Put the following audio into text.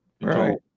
Right